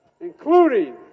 including